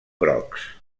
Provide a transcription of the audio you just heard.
grocs